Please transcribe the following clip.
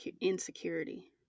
insecurity